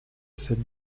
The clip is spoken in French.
cette